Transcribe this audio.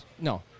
no